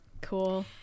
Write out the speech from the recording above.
cool